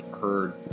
heard